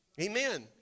Amen